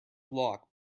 lock